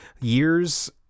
years